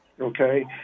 okay